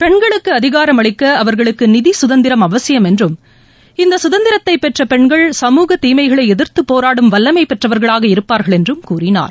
பெண்களுக்கு அதிகாரம் அளிக்க அவா்களுக்கு நிதி சுதந்திரம் அவசியம் என்றும் இந்த சுதந்திரத்தை பெற்ற பெண்கள் சமூக தீமைகளை எதிர்த்து போராடும் வல்லமை பெற்றவர்களாக இருப்பார்கள் என்றும் கூறினார்